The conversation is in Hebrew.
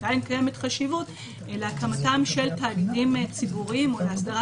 האם קיימת חשיבות להקמת תאגידים ציבוריים או לאסדרה